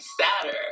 sadder